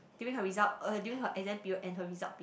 during her result uh during her exam period and her result period